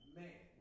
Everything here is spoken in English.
man